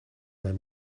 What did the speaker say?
mijn